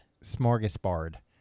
Smorgasbord